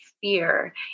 fear